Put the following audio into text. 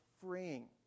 freeing